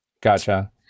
Gotcha